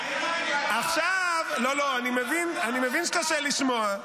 לא, לא, אני מבין שקשה לשמוע.